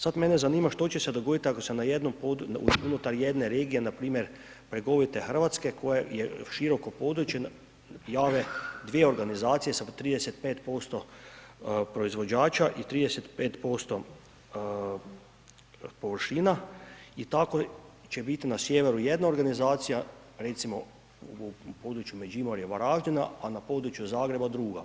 Sad mene zanima što će se dogoditi ako se na jednom području, unutar jedne regije, na primjer bregovite Hrvatske koje je široko područje, jave dvije organizacije sa po 35% proizvođača i 35% površina, i tako će biti na sjeveru jedna organizacija, recimo u području Međimurja, Varaždina, a na području Zagreba druga.